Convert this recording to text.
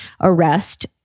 arrest